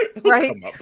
Right